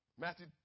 Matthew